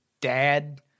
dad